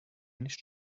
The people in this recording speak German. nicht